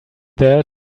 there